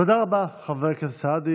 תודה רבה, חבר הכנסת סעדי.